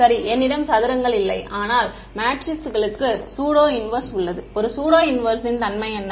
சரி என்னிடம் சதுரங்கள் இல்லை ஆனால் மேட்ரிக்ஸ்களுக்கு ஸுடோ இன்வெர்ஸ் உள்ளது ஒரு ஸுடோ இன்வெர்ஸின் தன்மை என்ன